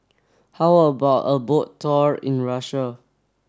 how about a boat tour in Russia